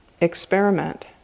experiment